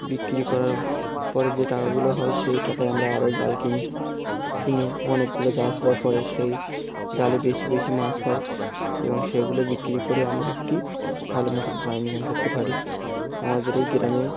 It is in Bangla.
বিক্রি করার পরে যে টাকাগুলো হয় সেই টকোয় আমরা আরও জাল কিনি কিনে অনেকগুলো জাল হওয়ার পরে সেই জালে বেশি বেশি মাছ হয় এবং সেগুলো বিক্রি করে আমরা একটি ভালো মোঠো টাকা ইনকাম কততে পারি আমাদের এই গেরামে